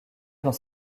dans